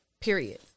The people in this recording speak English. Period